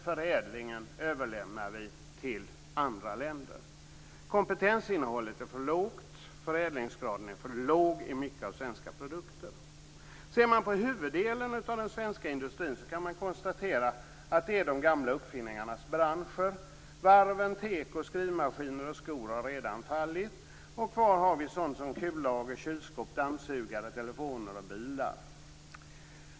Förädlingen överlämnar vi till andra länder. Kompetensinnehållet är för lågt, och förädlingsgraden är för låg i många svenska produkter. Ser man på huvuddelen av den svenska industrin kan man konstatera att det är de gamla uppfinningarnas branscher. Varv, teko, skrivmaskiner och skor har redan fallit. Kvar har vi sådant som kullager, kylskåp, dammsugare, telefoner och bilar.